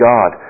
God